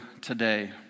today